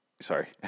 Sorry